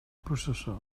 processó